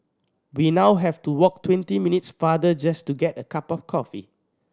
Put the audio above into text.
we now have to walk twenty minutes farther just to get a cup of coffee